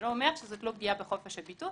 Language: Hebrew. זה לא אומר שזאת לא פגיעה בחופש הביטוי,